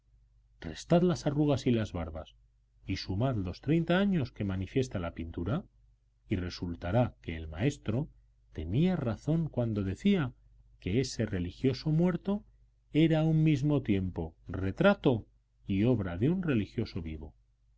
restad las arrugas y las barbas y sumad los treinta años que manifiesta la pintura y resultará que el maestro tenía razón cuando decía que ese religioso muerto era a un mismo tiempo retrato y obra de un religioso vivo